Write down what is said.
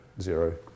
zero